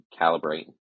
calibrate